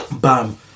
Bam